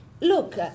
Look